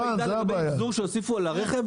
יש לו מידע לגבי אבזור שהוסף לרכב?